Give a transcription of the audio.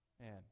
Man